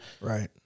Right